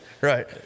right